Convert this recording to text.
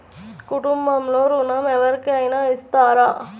కుటుంబంలో ఋణం ఎవరికైనా ఇస్తారా?